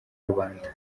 rubanda